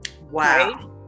wow